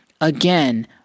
Again